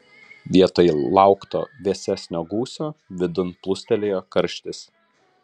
vietoj laukto vėsesnio gūsio vidun plūstelėjo karštis